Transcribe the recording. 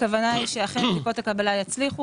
הכוונה היא שאכן בדיקות הקבלה יצליחו